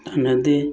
ꯊꯥꯅꯗꯦ